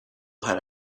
had